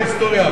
בהיסטוריה,